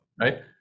right